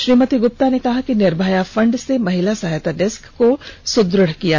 श्रीमती गुप्ता ने कहा कि निर्भया फंड से महिला सहायता डेस्क को सुद्रेढ़ बनाया जाएगा